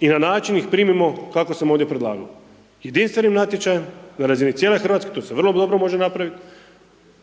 i na način ih primimo kako sam ovdje predlagao, jedinstvenim natječajem, na razini cijele RH, to se vrlo dobro može napravit,